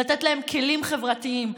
לתת להם כלים חברתיים,